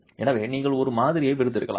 எனவே நீங்கள் சில மாதிரிகளை பிரித்தெடுக்கலாம்